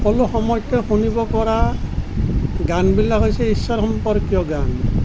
সকলো সময়তে শুনিব পৰা গানবিলাক হৈছে ঈশ্বৰ সম্পৰ্কীয় গান